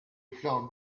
flanc